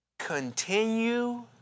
continue